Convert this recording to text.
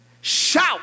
Shout